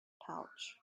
pouch